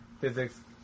physics